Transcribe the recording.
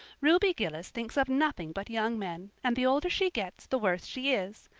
ruby gillis thinks of nothing but young men, and the older she gets the worse she is.